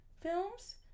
films